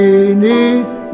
Beneath